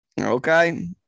Okay